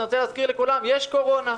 אני רוצה להזכיר לכולם: יש קורונה.